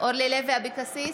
אורלי לוי אבקסיס,